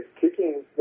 kicking